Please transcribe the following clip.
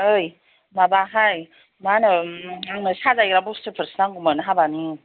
ओइ माबाहाय मा होनो आंनो साजायग्रा बुस्थुफोरसो नांगौमोन हाबानि